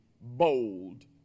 bold